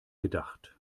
gedacht